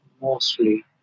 mostly